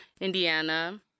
Indiana